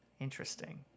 Interesting